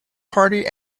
party